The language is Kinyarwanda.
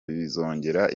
bizongera